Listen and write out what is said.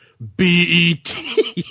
B-E-T